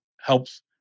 helps